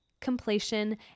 completion